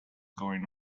going